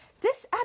This